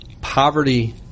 poverty